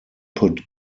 put